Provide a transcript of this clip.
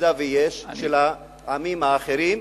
במידה שיש, של העמים האחרים.